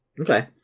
Okay